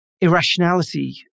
irrationality